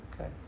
okay